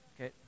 okay